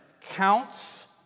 counts